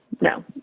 no